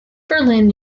berlin